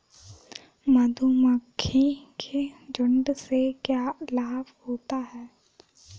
मधुमक्खी के झुंड से क्या लाभ होता है?